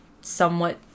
somewhat